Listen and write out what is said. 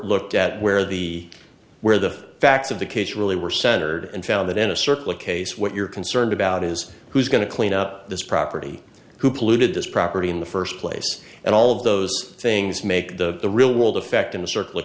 looked at where the where the facts of the case really were centered and found that in a circle a case what you're concerned about is who's going to clean up this property who polluted this property in the first place and all of those things make the real world effect in the circle